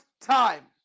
time